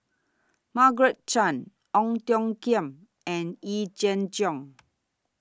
Margaret Chan Ong Tiong Khiam and Yee Jenn Jong